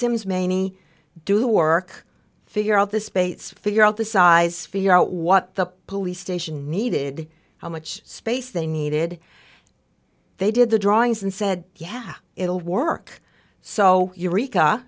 sims maney do work figure out the space figure out the size figure out what the police station needed how much space they needed they did the drawings and said yeah it'll work so